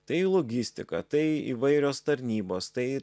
tai logistika tai įvairios tarnybos tai